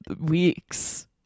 weeks